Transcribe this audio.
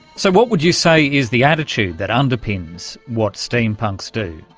so what would you say is the attitude that underpins what steampunks do?